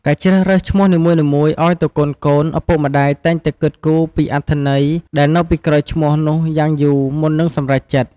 ការជ្រើសរើសឈ្មោះនីមួយៗអោយទៅកូនៗ ឪពុកម្តាយតែងតែគិតគូរពីអត្ថន័យដែលនៅពីក្រោយឈ្មោះនោះយ៉ាងយូរមុននឹងសម្រេចចិត្ត។